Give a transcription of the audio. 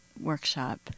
workshop